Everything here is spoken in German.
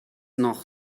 noch